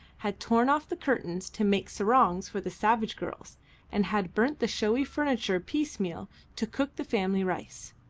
had torn off the curtains to make sarongs for the slave-girls, and had burnt the showy furniture piecemeal to cook the family rice.